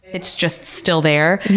it's just still there.